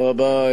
תודה רבה,